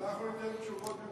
אנחנו ניתן תשובות במקומו.